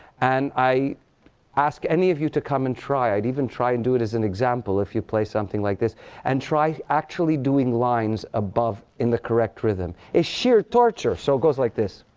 and i ask any of you to come and try i'd even try and do it as an example, if you play something like this and try actually doing lines above in the correct rhythm. it's sheer torture! so it goes like this.